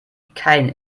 kein